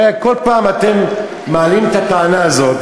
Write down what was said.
הרי כל פעם אתם מעלים את הטענה הזאת,